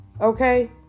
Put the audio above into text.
Okay